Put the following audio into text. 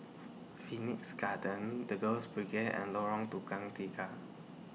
Phoenix Garden The Girls Brigade and Lorong Tukang Tiga